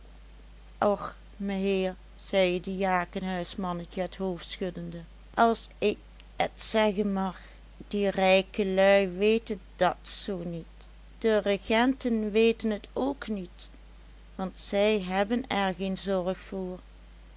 och meheer zei het diakenhuismannetje het hoofd schuddende als ik et zeggen mag die rijke lui weten dat zoo niet de regenten weten t ook niet want zij hebben er geen zorg voor